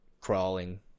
crawling